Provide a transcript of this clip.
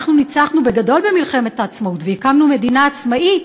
אנחנו ניצחנו בגדול במלחמת העצמאות והקמנו מדינה עצמאית,